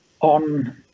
on